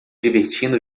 divertindo